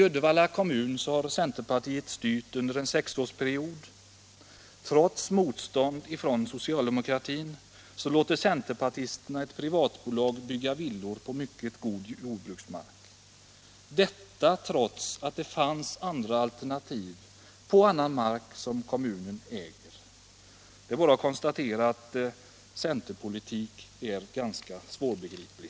I Uddevalla kommun har centerpartiet styrt under en sexårsperiod. Trots motstånd från socialdemokratin låter centerpartisterna ett privatbolag bygga villor på mycket god jordbruksmark, fastän det fanns andra alternativ på annan mark som kommunen äger. Det är bara att konstatera att centerpolitik är ganska svårbegriplig.